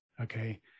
Okay